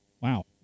Wow